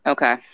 Okay